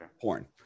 Porn